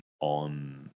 on